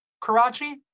karachi